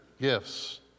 gifts